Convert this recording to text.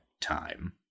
time